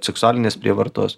seksualinės prievartos